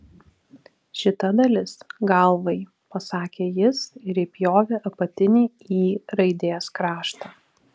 šita dalis galvai pasakė jis ir įpjovė apatinį y raidės kraštą